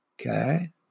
Okay